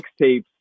mixtapes